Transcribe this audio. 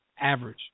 Average